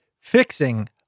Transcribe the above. fixing